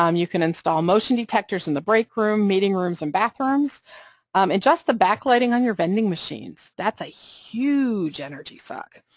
um you can install motion detectors in the break room, meeting rooms, and bathrooms and just the backlighting on your vending machines, that's a huge energy suck.